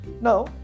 Now